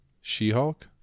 She-Hulk